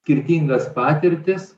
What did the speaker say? skirtingas patirtis